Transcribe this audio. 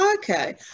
Okay